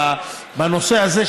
בנושא הזה,